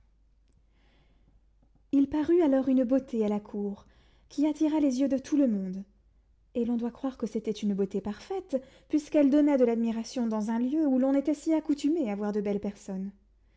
il parut alors une beauté à la cour qui attira les yeux de tout le monde et l'on doit croire que c'était une beauté parfaite puisqu'elle donna de l'admiration dans un lieu où l'on était si accoutumé à voir de belles personnes